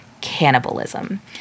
Cannibalism